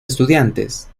estudiantes